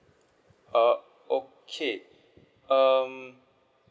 uh okay um